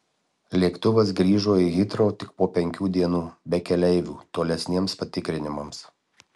lėktuvas grįžo į hitrou tik po penkių dienų be keleivių tolesniems patikrinimams